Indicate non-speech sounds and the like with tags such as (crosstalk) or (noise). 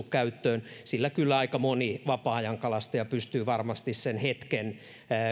(unintelligible) käyttöön sillä kyllä aika moni vapaa ajankalastaja pystyy varmasti sen hetken